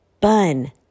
bun